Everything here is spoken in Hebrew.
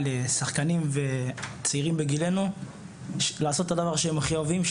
לשחקנים וצעירים בגילינו לעשות את הדבר שהם הכי אוהבים,